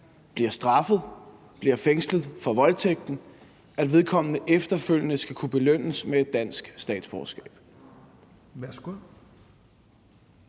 bliver straffet, bliver fængslet for voldtægten, så skal vedkommende efterfølgende kunne belønnes med et dansk statsborgerskab?